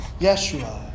Yeshua